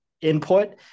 input